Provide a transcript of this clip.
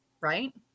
right